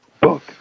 book